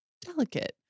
delicate